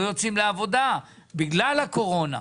לא יוצאים לעבודה בגלל הקורונה.